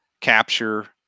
capture